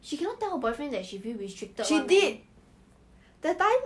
I feel like yong sheng will be this kind of person